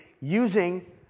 using